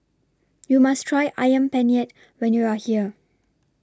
YOU must Try Ayam Penyet when YOU Are here